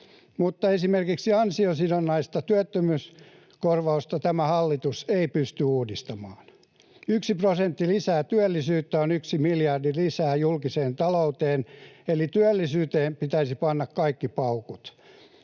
Mutta esimerkiksi ansiosidonnaista työttömyyskorvausta tämä hallitus ei pysty uudistamaan. 1 prosentti lisää työllisyyttä on 1 miljardi lisää julkiseen talouteen, eli työllisyyteen pitäisi panna kaikki paukut.